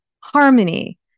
harmony